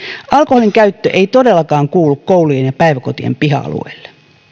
alkoholinkäyttö ei todellakaan kuulu koulujen ja päiväkotien piha alueille